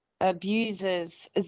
abusers